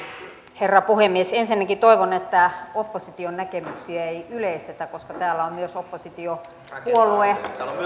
herra puhemies ensinnäkin toivon että opposition näkemyksiä ei yleistetä koska täällä on myös oppositiopuolue